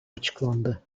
açıklandı